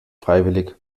freiwillig